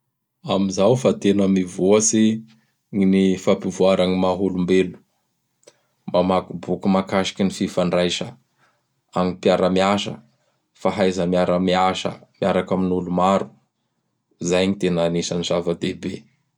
Am zao fa tena mivoatsy gny fampivoara gny ny maha olombelo. Mamaky boky mahakasiky ny fifandraisa am mpiara-miasa, fahaiza miara-miasa miaraky amin' olo maro. Izay gny tena anisan'ñy zava-dehibe.